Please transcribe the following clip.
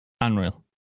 unreal